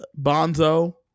Bonzo